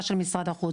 המלצת משרד החוץ.